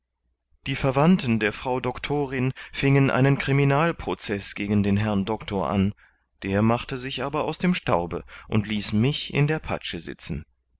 die verwandten der frau doctorin fingen einen criminalprozeß gegen den herrn doctor an der machte sich aber aus dem staube und ließ mich in der patsche sitzen